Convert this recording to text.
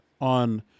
on